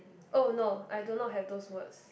oh no I don't know have those words